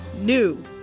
NEW